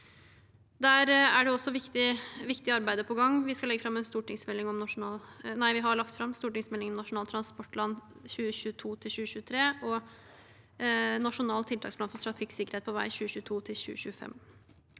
Der er det også viktige arbeider på gang. Vi har lagt fram stortingsmeldingen Nasjonal transportplan 2022–2033 og Nasjonal tiltaksplan for trafikksikkerhet på vei 2022– 2025.